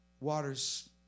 waters